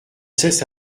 cesse